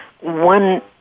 one